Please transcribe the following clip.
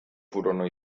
furono